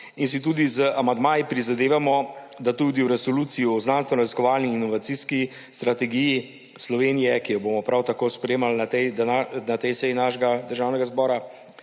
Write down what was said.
in si tudi z amandmaji prizadevamo, da tudi v Resoluciji o znanstvenoraziskovalni in inovacijski strategiji Slovenije, ki jo bomo prav tako sprejemali na tej seji našega državnega zbora,